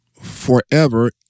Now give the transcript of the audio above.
forever